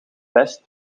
best